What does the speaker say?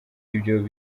ibyo